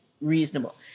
reasonable